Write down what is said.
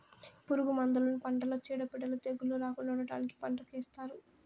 పురుగు మందులను పంటలో చీడపీడలు, తెగుళ్ళు రాకుండా ఉండటానికి పంటకు ఏస్తారు